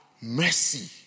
mercy